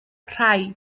rhai